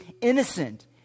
innocent